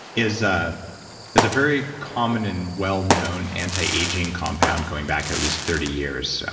is ah is a very common and well-known anti-aging compound going back at least thirty years,